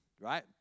right